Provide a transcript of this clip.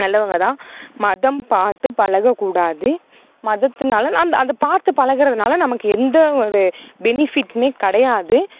நல்லவங்க தான் மதம் பார்த்து பழகக்கூடாது மதத்துனால் அந்த அந்த அதை பார்த்து பழகுறதுனால நமக்கு எந்த ஒரு பெனிஃபிட்டுமே கிடையாது